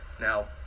Now